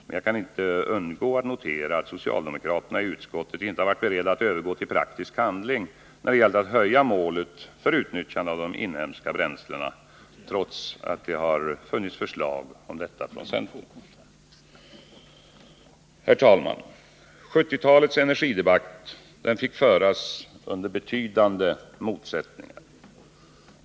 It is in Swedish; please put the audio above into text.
Men jag kan inte undgå att notera att socialdemokraterna i utskottet inte varit beredda att övergå till praktisk handling när det gällt att höja målet för utnyttjandet av de inhemska bränslena, trots att förslag om detta funnits från centern. Herr talman! 1970-talets energidebatt fick föras under betydande motsättningar.